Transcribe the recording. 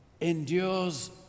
endures